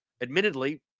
admittedly